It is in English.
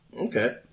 Okay